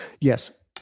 Yes